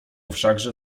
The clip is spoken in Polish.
wszakże